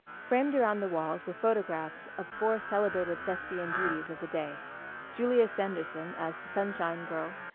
framed around the walls were photographs of four celebrated thespian beauties of the day julia sanderson as the sunshine girl,